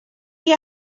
chi